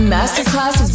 masterclass